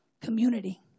Community